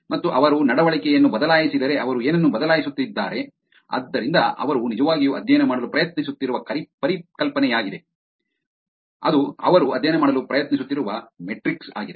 ಮತ್ತು ಅವರು ನಡವಳಿಕೆಯನ್ನು ಬದಲಾಯಿಸಿದರೆ ಅವರು ಏನನ್ನು ಬದಲಾಯಿಸುತ್ತಿದ್ದಾರೆ ಆದ್ದರಿಂದ ಅವರು ನಿಜವಾಗಿಯೂ ಅಧ್ಯಯನ ಮಾಡಲು ಪ್ರಯತ್ನಿಸುತ್ತಿರುವ ಪರಿಕಲ್ಪನೆಯಾಗಿದೆ ಅದು ಅವರು ಅಧ್ಯಯನ ಮಾಡಲು ಪ್ರಯತ್ನಿಸುತ್ತಿರುವ ಮೆಟ್ರಿಕ್ಸ್ ಆಗಿದೆ